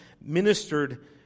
ministered